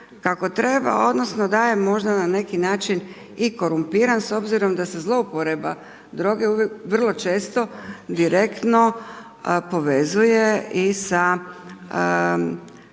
kako treba odnosno, da je možda na neki način i korumpiran, s obzirom da se zlouporaba droge vrlo često, direktno, povezuje i sa